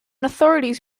authorities